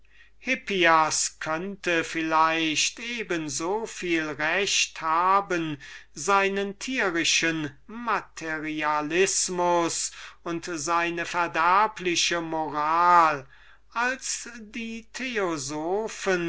hippias eben soviel recht habe seinen tierischen materialismus und seine verderbliche moral als die